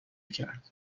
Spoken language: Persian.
کرد